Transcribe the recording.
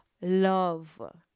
love